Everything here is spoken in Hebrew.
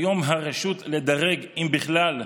כיום הרשות לדרג, אם בכלל,